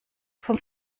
vom